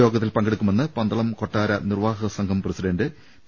യോഗത്തിൽ പങ്കെടുക്കുമെന്ന് പന്തളം കൊട്ടാര നിർവ്വാഹക സംഘം പ്രസിഡന്റ് പി